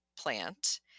plant